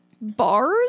bars